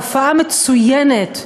הופעה מצוינת.